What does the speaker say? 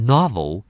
Novel